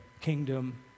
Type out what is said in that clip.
kingdom